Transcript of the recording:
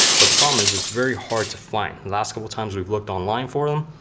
but the problem is, it's very hard to find. last couple times we've looked online for them,